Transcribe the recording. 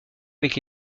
avec